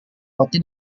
roti